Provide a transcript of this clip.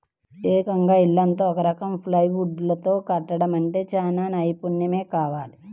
ఏకంగా ఇల్లంతా ఒక రకం ప్లైవుడ్ తో కట్టడమంటే చానా నైపున్నెం కావాలి